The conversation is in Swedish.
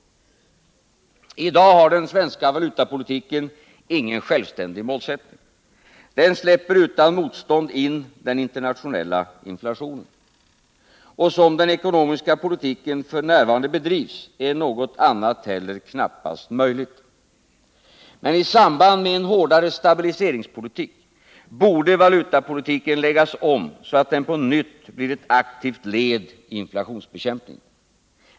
I dag har den svenska valutapolitiken ingen självständig målsättning. Den släpper utan motstånd in den internationella inflationen. Som den ekonomiska politiken f. n. bedrivs är något annat heller knappast möjligt. Men i samband med en hårdare stabiliseringspolitik borde valutapolitiken läggas om, så att den på nytt blir ett aktivt led i inflationsbekämpningen.